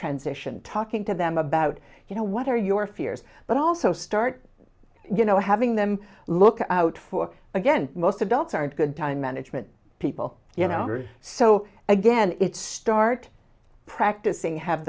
transition talking to them about you know what are your fears but also start you know having them look out for again most adults are good time management people you know so again it's start practicing have